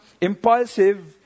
impulsive